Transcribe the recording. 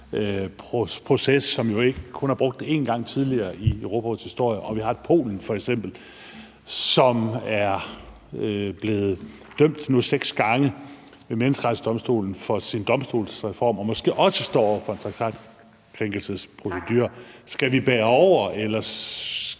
som jo reelt kun er brugt en gang tidligere i Europarådets historie? Og vi har f.eks. Polen, som nu er blevet dømt seks gange ved Menneskerettighedsdomstolen for sin domstolsreform og måske også står over for en traktatkrænkelsesprocedure. Skal vi være overbærende,